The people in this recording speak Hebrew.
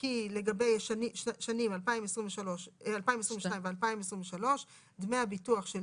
לגבי שנים 2022 ו-2023 כי דמי הביטוח של